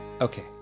Okay